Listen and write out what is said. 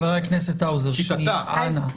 חבר הכנסת האוזר, אנא.